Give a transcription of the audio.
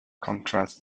contrast